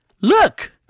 Look